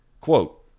Quote